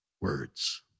words